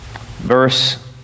verse